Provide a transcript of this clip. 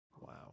wow